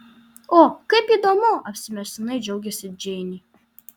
o kaip įdomu apsimestinai džiaugėsi džeinė